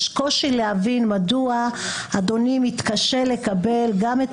יש קושי להבין מדוע אדוני מתקשה לקבל גם את